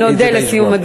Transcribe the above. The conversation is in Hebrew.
קחי את זה בחשבון.